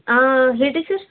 ಹಾಂ ಹೇಳಿ ಸರ್